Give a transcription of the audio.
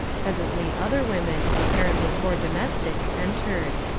presently other women, apparently four domestics, entered.